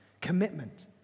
Commitment